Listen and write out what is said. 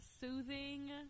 soothing